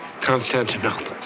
Constantinople